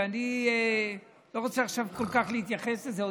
ואני לא רוצה עכשיו להתייחס לזה כל כך,